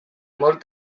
molt